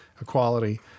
equality